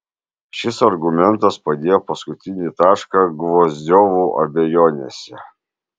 šis argumentas padėjo paskutinį tašką gvozdiovų abejonėse